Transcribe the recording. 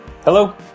Hello